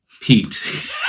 Pete